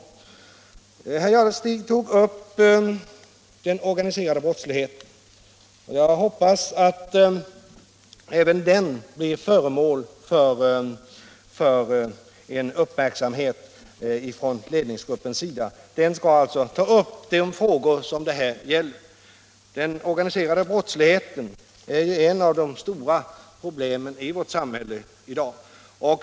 Herr Jadestig tog upp frågan om den organiserade brottsligheten. Jag hoppas att även den blir föremål för uppmärksamhet från ledningsgruppens sida. Den skall ju ta upp de frågor som det här gäller, och den organiserade brottsligheten är ett av de stora problemen i vårt samhälle i dag.